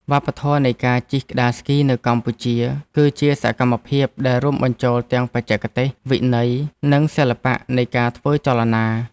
វប្បធម៌នៃការជិះក្ដារស្គីនៅកម្ពុជា គឺជាសកម្មភាពដែលរួមបញ្ចូលទាំងបច្ចេកទេស វិន័យ និងសិល្បៈនៃការធ្វើចលនា។